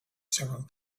several